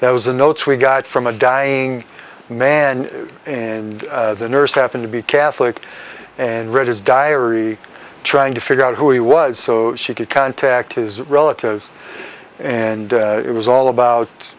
that was the notes we got from a dying man and the nurse happened to be catholic and read his diary trying to figure out who he was so she could contact his relatives and it was all about